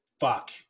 fuck